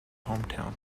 hometown